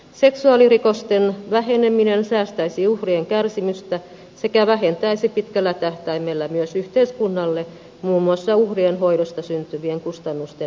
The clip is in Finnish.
seksuaalirikosten väheneminen säästäisi uhrien kärsimystä sekä vähentäisi pitkällä tähtäimellä myös yhteiskunnalle muun muassa uhrien hoidosta syntyvien kustannusten määrää